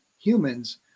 humans